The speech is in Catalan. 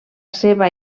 seva